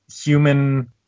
human